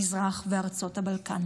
מזרח וארצות הבלקן.